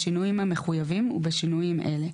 בשינויים המחויבים ובשינויים אלה: